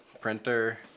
printer